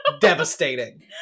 devastating